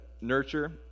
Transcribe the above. nurture